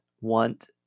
want